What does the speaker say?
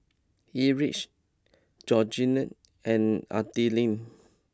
Erich Georgiann and Adilene